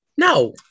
No